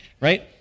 Right